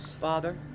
father